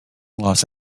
los